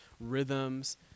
rhythms